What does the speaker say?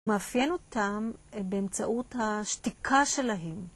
מאפיין אותם באמצעות השתיקה שלהם.